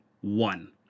One